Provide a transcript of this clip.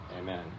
Amen